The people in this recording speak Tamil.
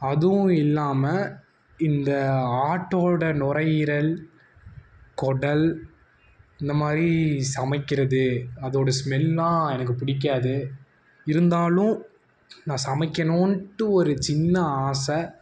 அதுவும் இல்லாமல் இந்த ஆட்டோடய குடல் இந்த மாதிரி சமைக்கிறது அதோடய ஸ்மெல்லாம் எனக்கு பிடிக்காது இருந்தாலும் நான் சமைக்கணுன்ட்டு ஒரு சின்ன ஆசை